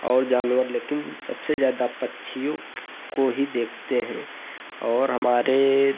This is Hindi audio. और जानवर लेकिन सबसे ज़्यादा पक्षियों को ही देखते हैं और हमारे